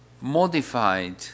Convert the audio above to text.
Modified